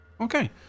Okay